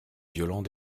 violent